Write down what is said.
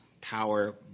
power